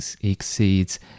exceeds